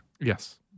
Yes